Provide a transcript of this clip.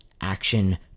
action